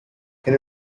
can